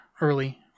early